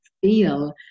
feel